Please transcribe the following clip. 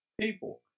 people